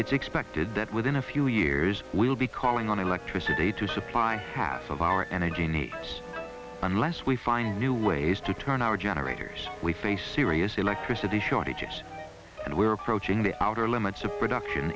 it's expected that within a few years we'll be calling on electricity to supply half of our energy needs unless we find new ways to turn our generators we face serious electricity shortages and we're approaching the outer limits of production